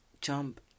jump